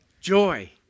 Joy